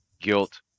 guilt